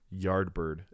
Yardbird